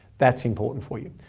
that's important for you.